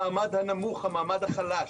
המעמד הנמוך, המעמד החלש.